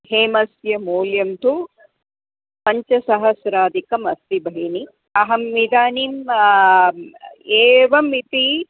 हेम्नः मूल्यं तु पञ्चसहस्राधिकम् अस्ति भगिनि अहम् इदानीम् एवम् इति